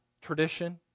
tradition